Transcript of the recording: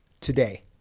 today